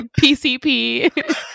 PCP